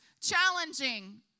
challenging